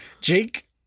Jake